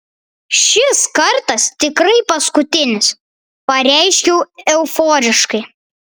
šis kartas tikrai paskutinis pareiškiau euforiškai